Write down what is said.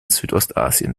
südostasien